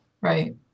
Right